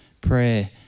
prayer